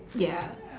ya